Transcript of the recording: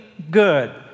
good